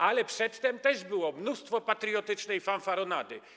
Ale przedtem też było mnóstwo patriotycznej fanfaronady.